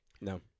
No